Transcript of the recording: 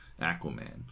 Aquaman